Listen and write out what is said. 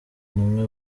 imwe